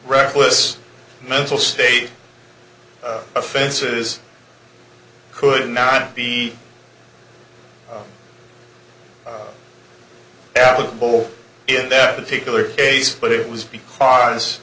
reckless mental state offenses could not be applicable in that particular case but it was because